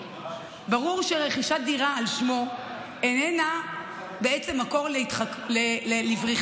ברור שרכישת דירה על שמו איננה בעצם מקור לבריחה,